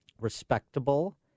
respectable